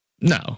No